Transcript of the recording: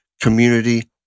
community